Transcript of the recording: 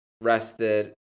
rested